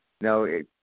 No